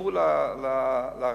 ששמעו לרב.